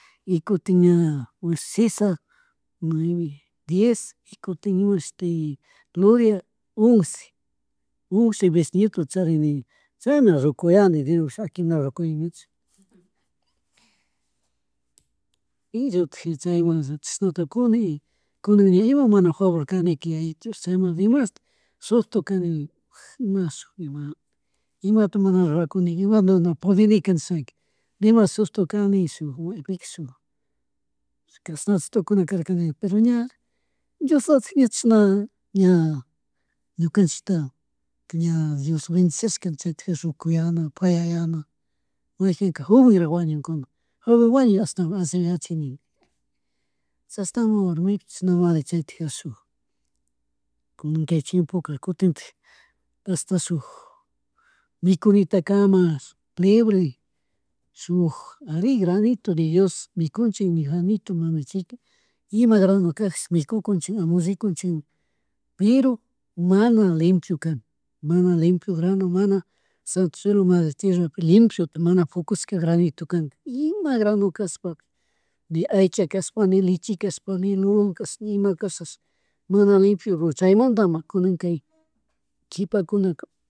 Y kutin ña Sisa mashnami diez, y kutin imashuti Gloria once, once bisnietota charini chaymai ña ruyani dinosh aki ña rukuyanichu. Illutik chishna tukuni kunan ña imapuk mana favor kanika yayito Dios, chayma dimashtik susto kani ima shuk ima imata mana rurakuni imata mana no, no pudinika nishaka dishma susto kani shuk, cashnachu tukuna karkani pero ña dioslatik chishn ña, ñukanchikta ña dios bendiciaska chaytijari rukuyana, payayana, mayjinka joveren wañunkuna, joven wañuy ashtawan anchay nin. Chashnamari warmiku, chashnamari chaytijarik shuk kunan kay chiempoka kutintak hasta shuk mikunitakama libre, shuk ari granitu de dios mikunchik ni granitu mana ima granu kajish mikukunchik amullikunchikmi pero mana, limpu kan mana limpu grano mana limpuita mana fukushka granitu kan. Ima granukashpaka, ni aycha, ni leche kashpa ni lulun kashpa, nima kashash mana limpu chaymunta ma kuna kay kipakuna